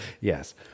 Yes